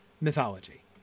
mythology